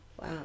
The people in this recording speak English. wow